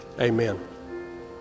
Amen